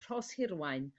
rhoshirwaun